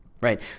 right